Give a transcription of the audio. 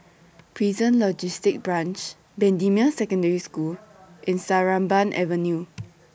Prison Logistic Branch Bendemeer Secondary School and Sarimbun Avenue